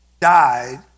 Died